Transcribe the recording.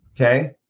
okay